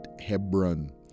Hebron